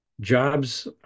Jobs